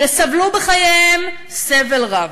שסבלו בחייהם סבל רב.